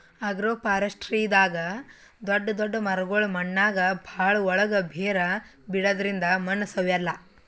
ಅಗ್ರೋಫಾರೆಸ್ಟ್ರಿದಾಗ್ ದೊಡ್ಡ್ ದೊಡ್ಡ್ ಮರಗೊಳ್ ಮಣ್ಣಾಗ್ ಭಾಳ್ ಒಳ್ಗ್ ಬೇರ್ ಬಿಡದ್ರಿಂದ್ ಮಣ್ಣ್ ಸವೆಲ್ಲಾ